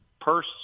purse